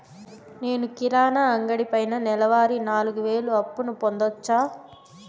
నేను కిరాణా అంగడి పైన నెలవారి నాలుగు వేలు అప్పును పొందొచ్చా?